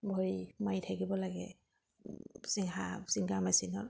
ভৰি মাৰি থাকিব লাগে চিংহা চিংঘা মেচিনত